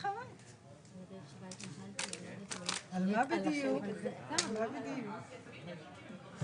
אבל לאחר שהמשרד הרלוונטי החליט לקבל את ההערות ולפרסם את זה